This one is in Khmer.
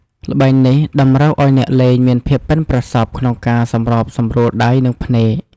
ល្បែងនេះតម្រូវឲ្យអ្នកលេងមានភាពប៉ិនប្រសប់ក្នុងការសម្របសម្រួលដៃ និងភ្នែក។